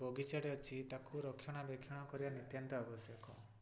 ବଗିଚାଟିଏ ଅଛି ତାକୁ ରକ୍ଷଣାବେକ୍ଷଣ କରିବା ନିତ୍ୟାନ୍ତ ଆବଶ୍ୟକ